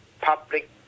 public